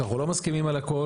אנחנו לא מסכימים על הכל.